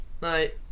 Night